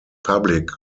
public